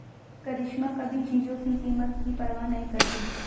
करिश्मा कभी चीजों की कीमत की परवाह नहीं करती